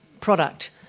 product